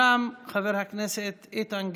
ואחרון הדוברים, חבר הכנסת איתן גינזבורג,